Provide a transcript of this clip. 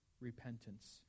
repentance